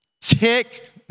tick